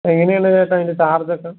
എങ്ങനെയാണു ചേട്ടാ അതിൻ്റെ ചാർജ് ഒക്കെ